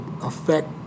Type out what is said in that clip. affect